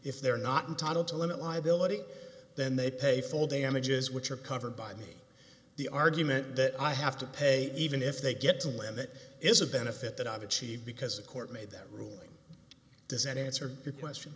if they're not entitled to limit liability then they pay for damages which are covered by me the argument that i have to pay even if they get to live that is a benefit that obvious cheve because a court made that ruling does that answer your question